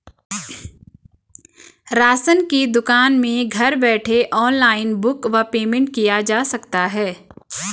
Ration की दुकान में घर बैठे ऑनलाइन बुक व पेमेंट किया जा सकता है?